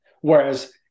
Whereas